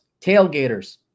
tailgaters